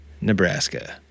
Nebraska